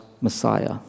Messiah